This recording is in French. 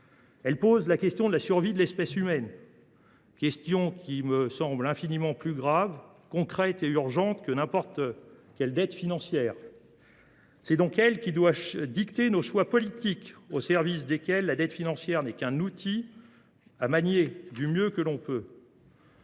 Elle pose la question de la survie de l’espèce humaine, question qui me semble infiniment plus grave, concrète et urgente que n’importe quelle dette financière. C’est donc elle qui doit dicter nos choix politiques, au service desquels la dette financière n’est qu’un outil, qu’il faut manier du mieux possible.